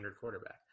quarterback